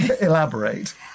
Elaborate